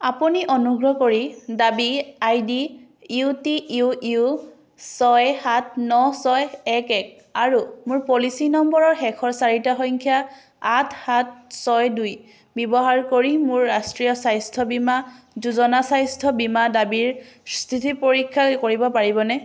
আপুনি অনুগ্ৰহ কৰি দাবী I D U T U U ছয় সাত ন ছয় এক এক আৰু মোৰ পলিচি নম্বৰৰ শেষৰ চাৰিটা সংখ্যা আঠ সাচ ছয় দুই ব্যৱহাৰ কৰি মোৰ ৰাষ্ট্ৰীয় স্বাস্থ্য বীমা যোজনা স্বাস্থ্য বীমা দাবীৰ স্থিতি পৰীক্ষা কৰিব পাৰিবনে